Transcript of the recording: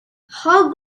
hogg